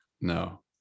No